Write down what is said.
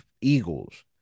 Eagles